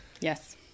yes